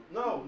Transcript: no